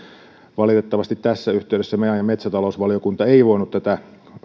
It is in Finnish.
valitettavasti tässä yhteydessä maa ja metsätalousvaliokunta ei voinut tätä